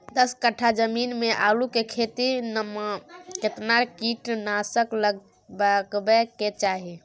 दस कट्ठा जमीन में आलू के खेती म केतना कीट नासक लगबै के चाही?